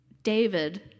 David